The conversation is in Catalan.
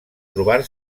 trobar